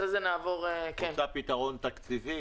רוצה פתרון תקציבי?